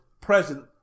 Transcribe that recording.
present